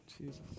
Jesus